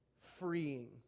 freeing